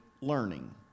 learning